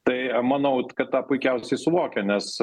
tai manau kad tą puikiausiai suvokia nes